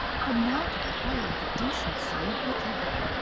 had not acquired the decency of the other.